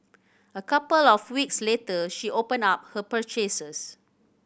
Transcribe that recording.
a couple of weeks later she opened up her purchases